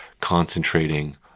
concentrating